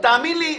תאמין לי,